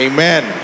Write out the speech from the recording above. Amen